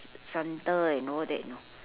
centre and all that know